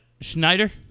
Schneider